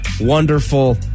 Wonderful